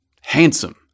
handsome